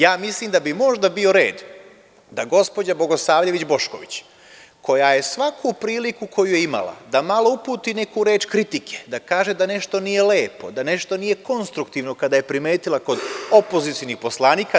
Ja mislim da bi možda bio red da gospođa Bogosavljević Bošković, koja je svaku priliku koju je imala, da malo uputi neku reč kritike, da kaže da nešto nije lepo, da nešto nije konstruktivno, kada je primetila kod opozicionih poslanika.